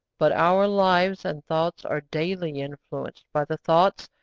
but our lives and thoughts are daily influenced by the thoughts,